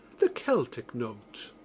the celtic note.